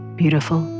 beautiful